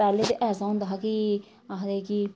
पैह्लें ते ऐसा होंदा हा कि आखदे कि